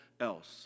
else